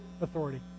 authority